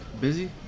Busy